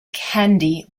candy